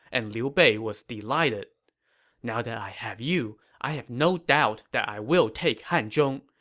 and liu bei was delighted now that i have you, i have no doubt that i will take hanzhong,